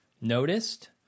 noticed